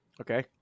Okay